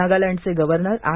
नागलँडचे governor R